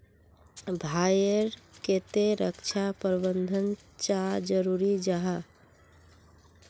भाई ईर केते रक्षा प्रबंधन चाँ जरूरी जाहा?